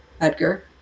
Edgar